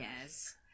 Yes